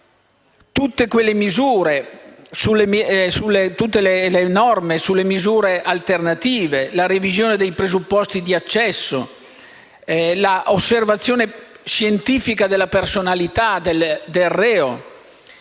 Penso a tutte le norme sulle misure alternative: la revisione dei presupposti di accesso, l'osservazione scientifica della personalità del reo,